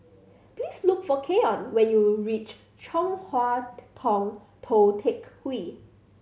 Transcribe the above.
please look for Keion when you reach Chong Hua Tong Tou Teck Hwee